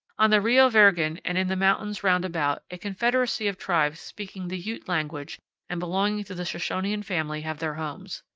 on the rio virgen and in the mountains round about, a confederacy of tribes speaking the ute language and belonging to the shoshonian family have their homes.